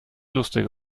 lustig